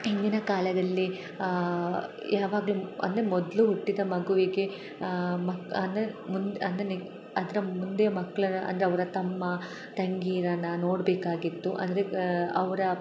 ಹಿಂದಿನ ಕಾಲದಲ್ಲಿ ಯಾವಾಗಲು ಅಂದೆ ಮೊದಲು ಹುಟ್ಟಿದ ಮಗುವಿಗೆ ಮಕ್ ಅಂದರೆ ಮುಂದೆ ಅಂದರೆ ನೆಗ್ ಅದರ ಮುಂದೆ ಮಕ್ಕಳ ಅಂದರೆ ಅವರ ತಮ್ಮ ತಂಗಿಯರ ನಾ ನೋಡಬೇಕಾಗಿತ್ತು ಅಂದರೆ ಅವರ